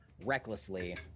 recklessly